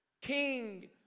King